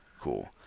Cool